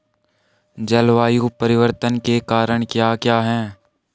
जलवायु परिवर्तन के कारण क्या क्या हैं?